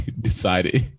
decided